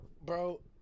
bro